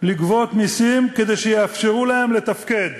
לגבות מסים כדי שיאפשרו להם לתפקד,